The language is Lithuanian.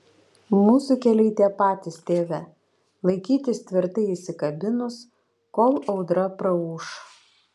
mūsų keliai tie patys tėve laikytis tvirtai įsikabinus kol audra praūš